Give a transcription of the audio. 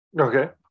Okay